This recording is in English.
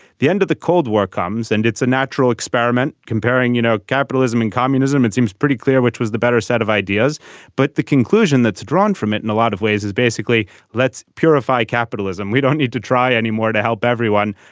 the end of the cold war comes and it's a natural experiment comparing you know capitalism and communism it seems pretty clear which was the better set of ideas but the conclusion that's drawn from it in a lot of ways is basically let's purify capitalism. we don't need to try anymore to help everyone.